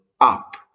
up